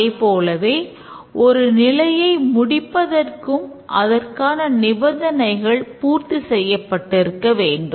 அதைப்போலவே ஒரு நிலையை முடிப்பதற்கும் அதற்கான நிபந்தனைகள் பூர்த்தி செய்யப்பட்டிருக்க வேண்டும்